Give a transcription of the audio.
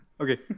Okay